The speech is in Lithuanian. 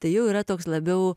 tai jau yra toks labiau